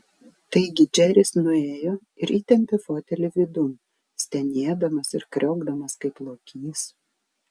taigi džeris nuėjo ir įtempė fotelį vidun stenėdamas ir kriokdamas kaip lokys